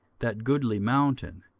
that goodly mountain,